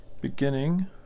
beginning